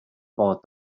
pot